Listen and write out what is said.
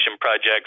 projects